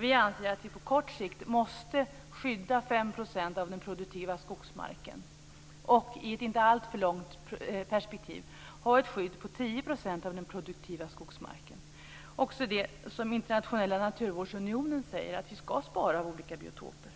Vi anser att vi på kort sikt måste skydda 5 % av den produktiva skogsmarken och i ett inte alltför långt perspektiv ha ett skydd på 10 % av den produktiva skogsmarken. Också den internationella naturvårdsunionen säger att vi skall spara olika biotoper.